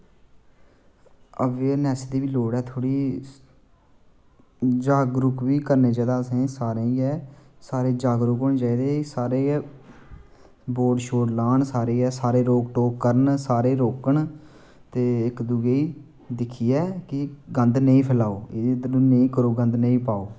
awareness दी बी लोड़ ऐ थोह्ड़ी जागरुक बी करना चाहिदा असेंगी सारेंगी गै सारे जागरूक होने चाहिदे सारे गै बोर्ड लान ते सारे गै रोकन टोकन ते इक्क दूऐ गी दिक्खियै की इद्धर गंद निं पाओ फैलाओ